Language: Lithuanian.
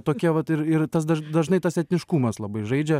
tokie vat ir ir tas daž dažnai tas etniškumas labai žaidžia